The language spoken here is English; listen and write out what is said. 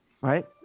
right